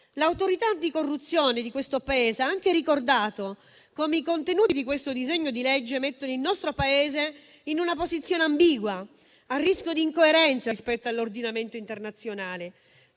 L'Autorità anticorruzione di questo Paese ha anche ricordato come i contenuti di questo disegno di legge mettono il nostro Paese in una posizione ambigua, a rischio di incoerenza rispetto all'ordinamento internazionale.